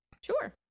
Sure